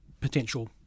potential